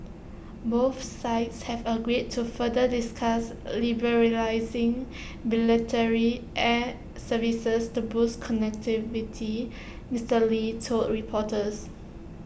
both sides have agreed to further discuss liberalising bilateral air services to boost connectivity Mister lee told reporters